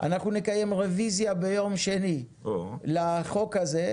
אנחנו נקיים רביזיה ביום שני לחוק הזה.